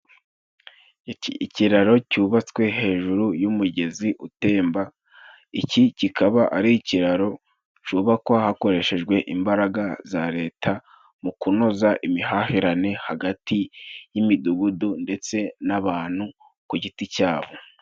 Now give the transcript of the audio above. Iki kiraro cyubatswe hejuru y'umugezi utemba，iki kikaba ari ikiraro cyubakwa hakoreshejwe imbaraga za Leta mu kunoza imihahirane hagati y'imidugudu ndetse n'abantu ku giti cyabo.